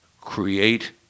create